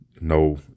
no